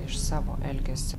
iš savo elgesio